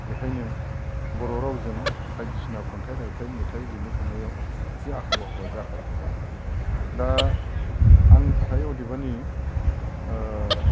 बेखायनो बर' रावजों बायदिसिना खन्थाइ रायथाइ मेथाइ लिरनो थांनायाव एसे आख' फाख' आ जाखायो दा आंनि थाखाय अदेबानि ओ